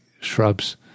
shrubs